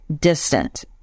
distant